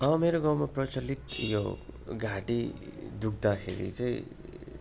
मेरो गाउँमा प्रचलित यो घाँटी दुख्दाखेरि चाहिँ